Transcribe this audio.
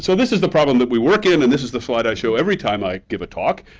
so this is the problem that we work in, and this is the slide i show every time i give a talk.